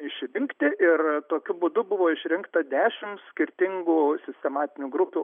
išrinkti ir tokiu būdu buvo išrinkta dešim skirtingų sistematinių grupių